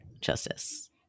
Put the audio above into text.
justice